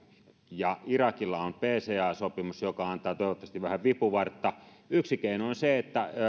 ja irakilla on pca sopimus joka antaa toivottavasti vähän vipuvartta yksi keino on se että